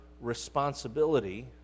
responsibility